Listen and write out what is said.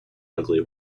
ugly